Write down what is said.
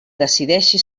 decideixi